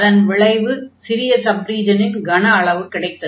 அதன் விளைவு சிறிய சப் ரீஜனின் கன அளவு கிடைத்து